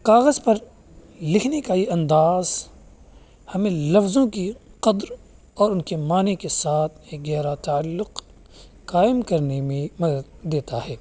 کاغذ پر لکھنے کا یہ انداز ہمیں لفظوں کی قدر اور ان کے معنی کے ساتھ ایک گہرا تعلق قائم کرنے میں مدد دیتا ہے